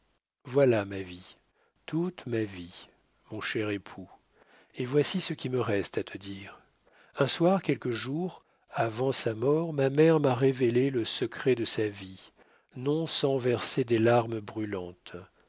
voilà ma vie toute ma vie mon cher époux et voici ce qui me reste à te dire un soir quelques jours avant sa mort ma mère m'a révélé le secret de sa vie non sans verser des larmes brûlantes